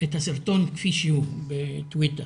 את הסרטון כפי שהוא, בטוויטר,